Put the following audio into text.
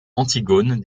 antigone